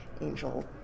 angel